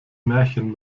märchen